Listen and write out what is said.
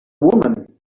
woman